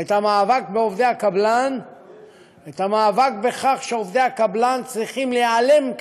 את המאבק על כך שעובדי הקבלן צריכים להיעלם,